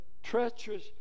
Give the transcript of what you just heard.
Treacherous